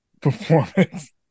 performance